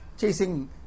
chasing